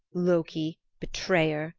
loki, betrayer,